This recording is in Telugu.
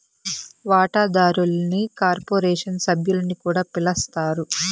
వాటాదారుల్ని కార్పొరేషన్ సభ్యులని కూడా పిలస్తారు